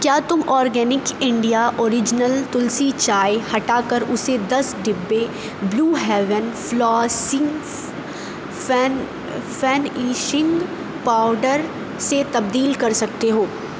کیا تم organic India original Tulsi چائے ہٹا کر اسے دس ڈبے blue heaven flossing fine finishing powder سے تبدیل کر سکتے ہو